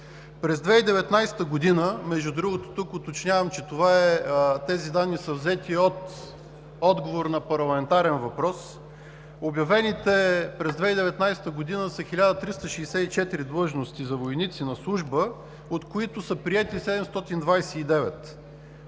През 2019 г., между другото уточнявам, че тези данни са взети от отговор на парламентарен въпрос, обявените през 2019 г. са 1364 длъжности за войници на служба, от които са приети 729.